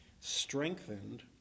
strengthened